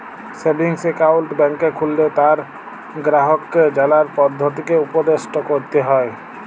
savings account ব্যাংকে খুললে তার গেরাহককে জালার পদধতিকে উপদেসট ক্যরতে হ্যয়